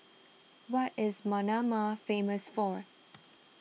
what is Manama famous for